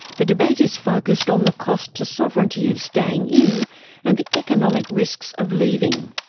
the debate is focused on the cost to sovereignty of staying in and the economic risks of leaving.